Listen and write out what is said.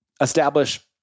establish